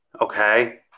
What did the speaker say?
Okay